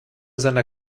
seiner